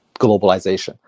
globalization